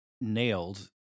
nailed